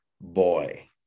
boy